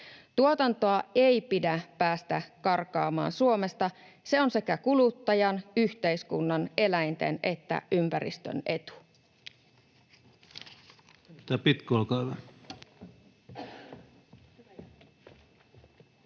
Tuotantoa ei pidä päästää karkaamaan Suomesta. Se on sekä kuluttajan, yhteiskunnan, eläinten että ympäristön etu.